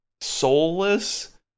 soulless